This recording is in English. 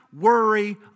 worry